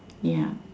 ya